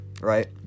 right